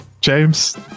James